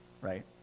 right